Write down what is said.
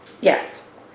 Yes